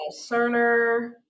Cerner